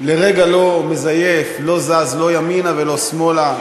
לרגע לא מזייף, לא זז לא ימינה ולא שמאלה.